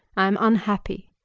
i am unhappy.